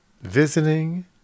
Visiting